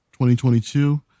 2022